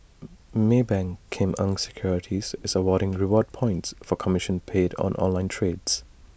maybank Kim Eng securities is awarding reward points for commission paid on online trades